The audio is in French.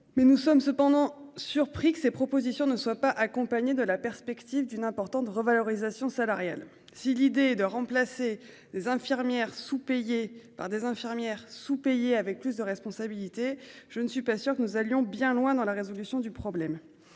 Mais nous sommes cependant surpris que ces propositions ne soit pas accompagnée de la perspective d'une importante revalorisation salariale. Si l'idée de remplacer les infirmières sous-payés par des infirmières sous-payés avec plus de responsabilité, je ne suis pas sûr que nous allions bien loin dans la résolution du problème